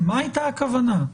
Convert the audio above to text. מה הייתה הכוונה?